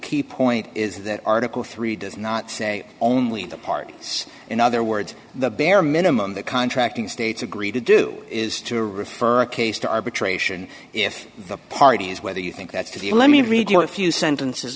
key point is that article three does not say only the parties in other words the bare minimum the contracting states agree to do is to refer a case to arbitration if the parties whether you think that's to be let me read you a few sentences